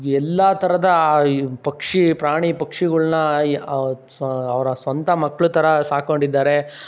ಎಲ್ಲ ಥರದ ಈ ಪಕ್ಷಿ ಪ್ರಾಣಿ ಪಕ್ಷಿಗಳನ್ನ ಈ ಅವರ ಸ್ವಂತ ಮಕ್ಕಳ ಥರ ಸಾಕ್ಕೊಂಡಿದ್ದಾರೆ